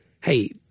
hey